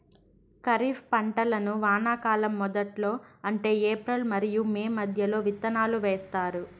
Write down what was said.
ఖరీఫ్ పంటలను వానాకాలం మొదట్లో అంటే ఏప్రిల్ మరియు మే మధ్యలో విత్తనాలు వేస్తారు